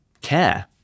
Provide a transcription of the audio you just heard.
care